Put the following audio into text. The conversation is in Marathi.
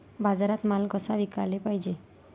बाजारात माल कसा विकाले पायजे?